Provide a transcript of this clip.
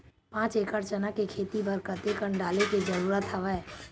पांच एकड़ चना के खेती बर कते कन डाले के जरूरत हवय?